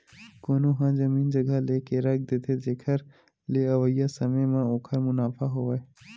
कोनो ह जमीन जघा लेके रख देथे, जेखर ले अवइया समे म ओखर मुनाफा होवय